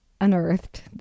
unearthed